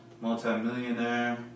Multi-millionaire